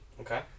Okay